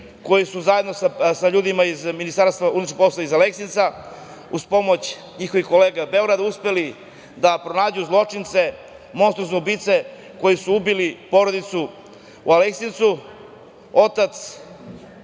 koji su zajedno sa ljudima iz Ministarstva unutrašnjih poslova iz Aleksinca, uz pomoć njihovih kolega iz Beograda, uspeli da pronađu zločince, monstruozne ubice koji su ubili porodicu u Aleksincu.